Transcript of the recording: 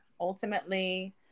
ultimately